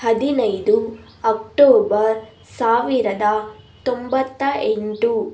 ಹದಿನೈದು ಅಕ್ಟೋಬರ್ ಸಾವಿರದ ತೊಂಬತ್ತ ಎಂಟು